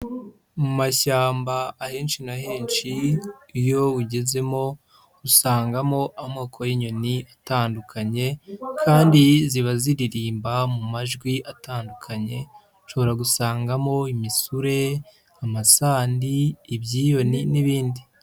Mu mashyamba ahenshi na henshi iyo ugezemo usangamo amoko y'inyoni atandukanye, kandi ziba ziririmba mu majwi atandukanye ushobora gusangamo imisure, amasandi, ibyiyoni n'ibindi.